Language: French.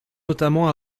notamment